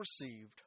received